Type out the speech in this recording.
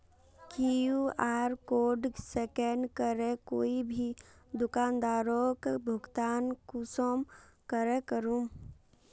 QR code scan करे कोई भी दुकानदारोक भुगतान कुंसम करे करूम?